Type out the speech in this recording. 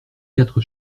quatre